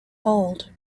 hold